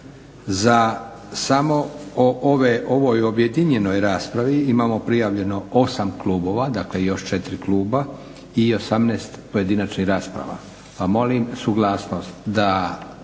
za samo o ovoj objedinjenoj raspravi imao prijavljeno 8 klubova, dakle još 4 kluba i 18 pojedinačnih rasprava,